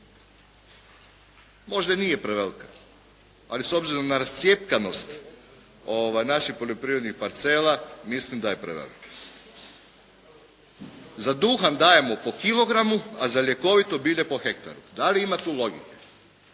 Možda nije prevelika, ali s obzirom na rascjepkanost naših poljoprivrednih parcela, mislim da je preveliko. Za duhan dajemo po kilogramu, a za ljekovito bilje po hektaru. Da li ima tu logike?